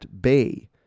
Bay